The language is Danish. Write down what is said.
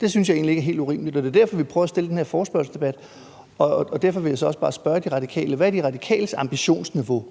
Det synes jeg egentlig ikke er helt urimeligt. Det er derfor, vi har stillet den her forespørgselsdebat. Derfor vil jeg så bare spørge De Radikale: Hvad er De Radikales ambitionsniveau?